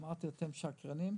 אמרתי: אתם שקרנים,